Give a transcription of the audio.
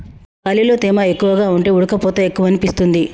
గాలిలో తేమ ఎక్కువగా ఉంటే ఉడుకపోత ఎక్కువనిపిస్తుంది